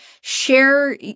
share